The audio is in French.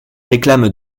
réclame